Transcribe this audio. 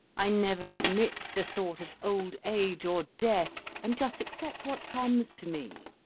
i never admit the thought of old age or death, and just accept what comes to me.